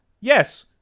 yes